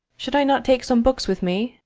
should i not take some books with me?